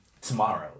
tomorrow